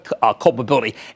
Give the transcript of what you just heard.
culpability